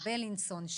בלינסון,